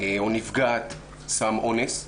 או נפגעת סם אונס.